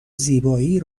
زیبایی